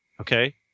Okay